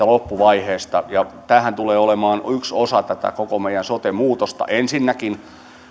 loppuvaiheesta ja tämähän tulee olemaan yksi osa tätä koko meidän sote muutosta ensinnäkin